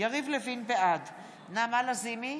בעד נעמה לזימי,